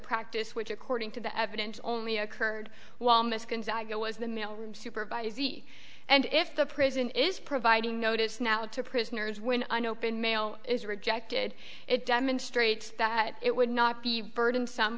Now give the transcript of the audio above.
practice which according to the evidence only occurred while misc was the mailroom supervisee and if the prison is providing notice now to prisoners when an open mail is rejected it demonstrates that it would not be burden some